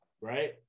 right